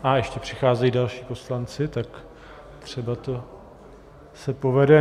A ještě přicházejí další poslanci, tak třeba se to povede.